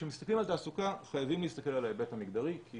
כשמסתכלים על תעסוקה חייבים להסתכל על ההיבט המגדרי כי